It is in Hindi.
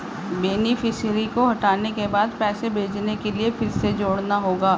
बेनीफिसियरी को हटाने के बाद पैसे भेजने के लिए फिर से जोड़ना होगा